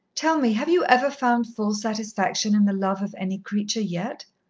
tell me, have you ever found full satisfaction in the love of any creature yet?